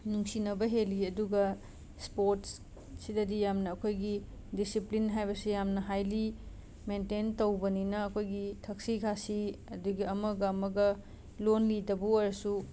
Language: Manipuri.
ꯅꯨꯡꯁꯤꯅꯕ ꯍꯦꯜꯂꯤ ꯑꯗꯨꯒ ꯁ꯭ꯄꯣꯔꯠꯁꯁꯤꯗꯗꯤ ꯌꯥꯝꯅ ꯑꯩꯈꯣꯏꯒꯤ ꯗꯤꯁꯤꯄ꯭ꯂꯤꯟ ꯍꯥꯏꯕꯁꯦ ꯌꯥꯝꯅ ꯍꯥꯏꯂꯤ ꯃꯦꯟꯇꯦꯟ ꯇꯧꯕꯅꯤꯅ ꯑꯩꯈꯣꯏꯒꯤ ꯊꯛꯁꯤ ꯈꯥꯁꯤ ꯑꯗꯒꯤ ꯑꯃꯒ ꯑꯃꯒ ꯂꯣꯟ ꯂꯤꯗꯕꯨ ꯑꯣꯏꯔꯁꯨ